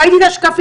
ראיתי את השקפים,